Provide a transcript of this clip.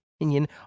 opinion